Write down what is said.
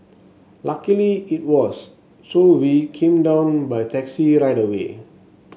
luckily it was so we came down by taxi right away